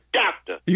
doctor